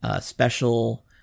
special